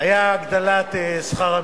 היתה הגדלת שכר המינימום.